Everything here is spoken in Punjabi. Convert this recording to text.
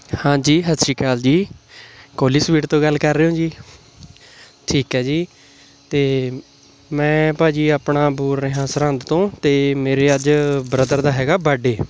ਹਾਂਜੀ ਸਤਿ ਸ਼੍ਰੀ ਅਕਾਲ ਜੀ ਕੋਹਲੀ ਸਵੀਟ ਤੋਂ ਗੱਲ ਕਰ ਰਹੇ ਹੋ ਜੀ ਠੀਕ ਹੈ ਜੀ ਅਤੇ ਮੈਂ ਭਾਅ ਜੀ ਆਪਣਾ ਬੋਲ ਰਿਹਾਂ ਸਰਹੰਦ ਤੋਂ ਅਤੇ ਮੇਰੇ ਅੱਜ ਬ੍ਰਦਰ ਦਾ ਹੈਗਾ ਬਰਡੇ